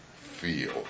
feel